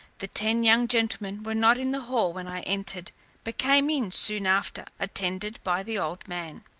the ten young gentlemen were not in the hall when i entered but came in soon after, attended by the old man.